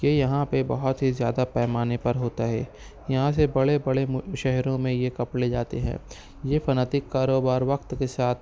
یہ یہاں پہ بہت ہی زیادہ پیمانے پر ہوتا ہے یہاں سے بڑے بڑے شہروں میں یہ کپڑے جاتے ہیں یہ صنعتی کاروبار وقت کے ساتھ